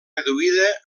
reduïda